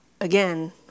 again